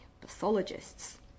pathologists